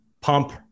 Pump